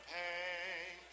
pain